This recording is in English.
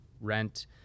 rent